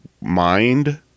mind